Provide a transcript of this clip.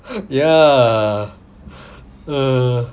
ya uh